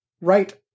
right